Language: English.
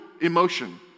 emotion